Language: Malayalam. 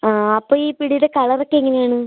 അതെ അപ്പോൾ ഈ പിടിയുടെ കളറൊക്കെ എങ്ങനെയാണ്